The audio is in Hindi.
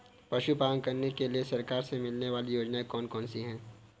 पशु पालन करने के लिए सरकार से मिलने वाली योजनाएँ कौन कौन सी हैं?